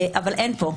אבל אין פה,